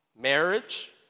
marriage